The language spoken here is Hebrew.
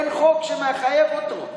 אין חוק שמחייב אותו,